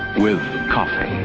with coffee,